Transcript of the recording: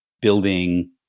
building